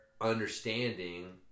understanding